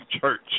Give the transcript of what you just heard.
church